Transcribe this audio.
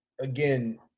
again